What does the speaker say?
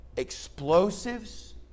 explosives